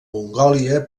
mongòlia